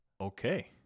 okay